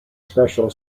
special